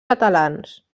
catalans